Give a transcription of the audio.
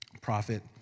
prophet